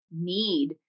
need